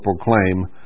proclaim